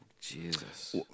Jesus